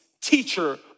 teacher